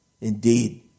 Indeed